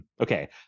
okay